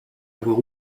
avoir